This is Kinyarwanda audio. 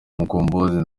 mukombozi